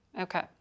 Okay